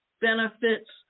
benefits